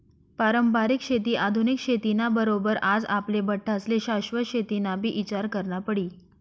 पारंपरिक शेती आधुनिक शेती ना बरोबर आज आपले बठ्ठास्ले शाश्वत शेतीनाबी ईचार करना पडी